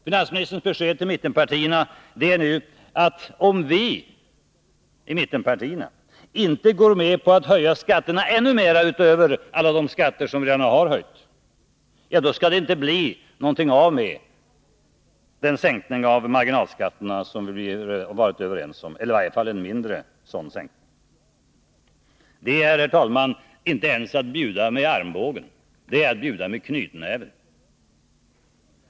Finansministerns besked till mittenpartierna är nu, att om vi i mittenpartierna inte går med på att höja skatterna ännu mer utöver alla de skatter som redan höjts, skall det inte bli någonting av med den sänkning av marginalskatterna som vi varit överens om — i varje fall skulle det bli en mindre sänkning. Det är, herr talman, inte ens att bjuda med armbågen, det är att bjuda med knytnäven.